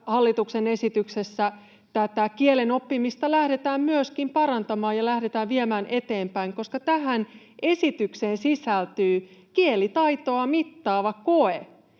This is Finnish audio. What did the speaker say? hallituksen esityksessä kielen oppimista lähdetään myöskin parantamaan ja lähdetään viemään eteenpäin, koska esitykseen sisältyy kielitaitoa mittaava koe.